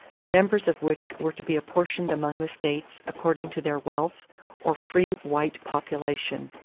the members of which were to be apportioned among the states according to their wealth or free white population,